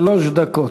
שלוש דקות.